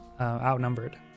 Outnumbered